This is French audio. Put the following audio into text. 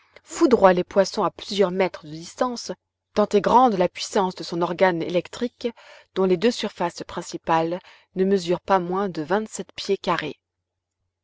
l'eau foudroie les poissons à plusieurs mètres de distance tant est grande la puissance de son organe électrique dont les deux surfaces principales ne mesurent pas moins de vingt-sept pieds carrés